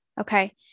Okay